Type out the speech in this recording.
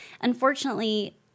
unfortunately